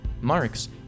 Marx